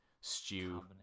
stew